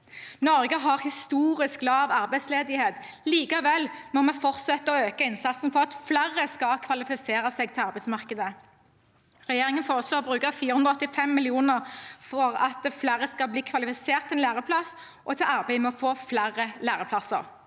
Norge har historisk lav arbeidsledighet. Likevel må vi fortsette å øke innsatsen for at flere skal kvalifisere seg til arbeidsmarkedet. Regjeringen foreslår å bruke 485 mill. kr for at flere skal bli kvalifisert til en læreplass og til arbeidet med å få flere læreplasser.